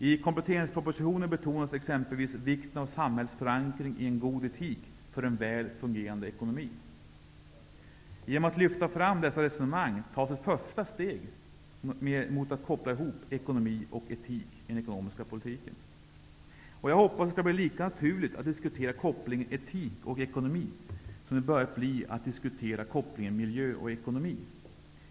I kompletteringspropositionen betonas exempelvis vikten av samhällets förankring i en god etik för en väl fungerande ekonomi. Genom att lyfta fram dessa resonemang tar man ett första steg mot att koppla ihop ekonomi och etik i den ekonomiska politiken. Jag hoppas att det skall bli lika naturligt att diskutera kopplingen etik och ekonomi som det börjat bli att diskutera kopplingen miljö och ekonomi.